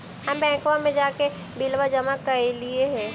हम बैंकवा मे जाके बिलवा जमा कैलिऐ हे?